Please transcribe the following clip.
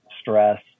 stress